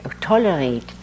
tolerate